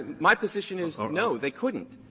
my position is no, they couldn't.